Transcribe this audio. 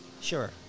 Sure